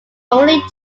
only